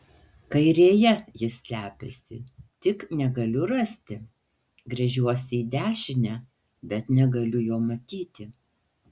kairėje jis slepiasi tik negaliu rasti gręžiuosi į dešinę bet negaliu jo matyti